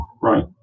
Right